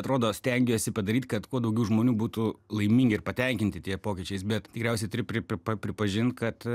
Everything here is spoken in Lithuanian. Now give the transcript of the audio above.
atrodo stengiuosi padaryt kad kuo daugiau žmonių būtų laimingi ir patenkinti tie pokyčiais bet tikriausiai turiu pripažint kad